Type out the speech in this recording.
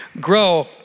grow